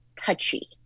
touchy